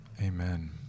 amen